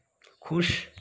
ख़ुश